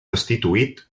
restituït